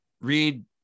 read